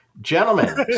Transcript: Gentlemen